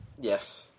Yes